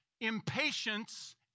impatience